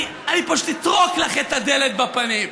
אני פה בשביל לטרוק לך את הדלת בפנים,